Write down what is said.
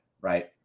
right